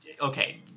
Okay